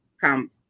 come